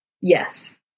Yes